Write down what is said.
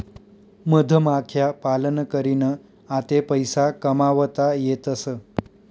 मधमाख्या पालन करीन आते पैसा कमावता येतसं